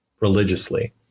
religiously